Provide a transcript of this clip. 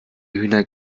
hühner